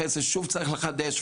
אחרי זה שוב צריך לחדש,